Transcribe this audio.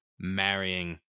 Marrying